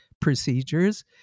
procedures